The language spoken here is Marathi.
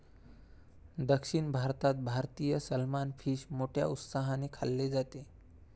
दक्षिण भारतात भारतीय सलमान फिश मोठ्या उत्साहाने खाल्ले जाते